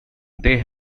they